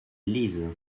lisent